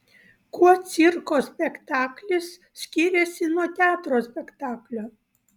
kuo cirko spektaklis skiriasi nuo teatro spektaklio